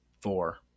four